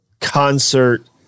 concert